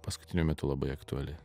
paskutiniu metu labai aktuali